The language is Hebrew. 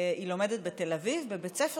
היא לומדת בתל אביב, בבית ספר